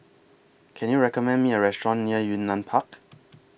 Can YOU recommend Me A Restaurant near Yunnan Park